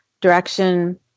direction